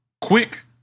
quick